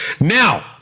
Now